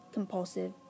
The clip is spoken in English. Compulsive